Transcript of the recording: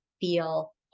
feel